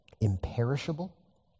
imperishable